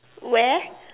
where